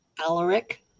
Alaric